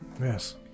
yes